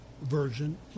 version